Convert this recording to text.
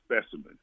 specimen